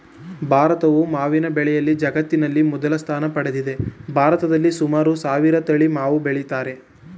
ಭಾರತವು ಮಾವಿನ ಬೆಳೆಯಲ್ಲಿ ಜಗತ್ತಿನಲ್ಲಿ ಮೊದಲ ಸ್ಥಾನ ಪಡೆದಿದೆ ಭಾರತದಲ್ಲಿ ಸುಮಾರು ಸಾವಿರ ತಳಿ ಮಾವು ಬೆಳಿತಾರೆ